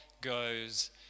goes